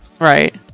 Right